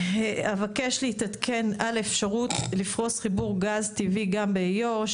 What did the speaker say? אבקש להתעדכן על אפשרות לפרוס חיבור גז טבעי גם באיו"ש.